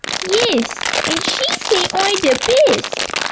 yes and she say i the best!